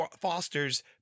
fosters